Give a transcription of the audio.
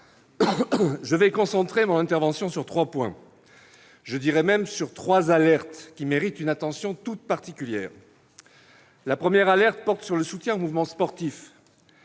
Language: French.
Je vais concentrer mon intervention sur trois points, je dirais même trois alertes, qui méritent une attention toute particulière. La première alerte porte sur le soutien au mouvement sportif.